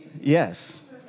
Yes